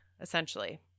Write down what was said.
Essentially